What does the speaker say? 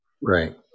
right